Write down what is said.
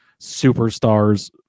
superstars